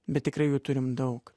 bet tikrai jų turim daug